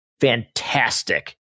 fantastic